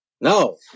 No